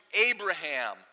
Abraham